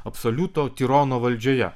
absoliuto tirono valdžioje